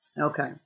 Okay